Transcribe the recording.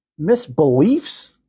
misbeliefs